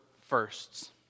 firsts